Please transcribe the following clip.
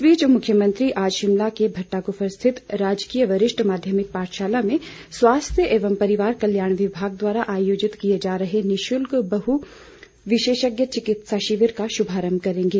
इस बीच मुख्यमंत्री आज शिमला के भट्टा कुफर स्थित राजकीय वरिष्ठ माध्यमिक पाठशाला में स्वास्थ्य एवं परिवार कल्याण विभाग द्वारा आयोजित किये जा रहे निःशुल्क बहु विशेषज्ञ चिकित्सा शिविर का शुभारम्भ करेंगे